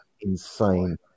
insane